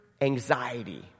anxiety